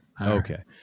Okay